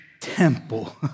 temple